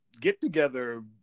get-together